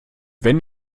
wenn